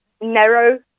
narrow